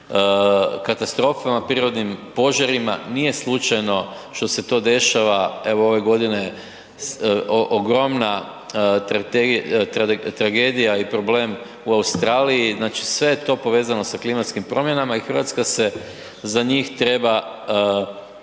katastrofama prirodnim, požarima, nije slučajno što se to dešava. Evo ove godine ogromna tragedija i problem u Australiji, znači sve je to povezano sa klimatskim promjenama i RH se za njih treba